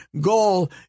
goal